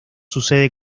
sucede